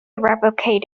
replicate